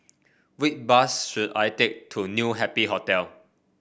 which bus should I take to New Happy Hotel